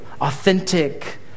authentic